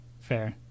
Fair